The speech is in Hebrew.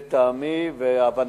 לטעמי ולהבנתי,